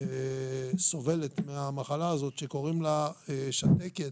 סובלת מהמחלה הזאת שקוראים לה שַׁתֶּקֶת.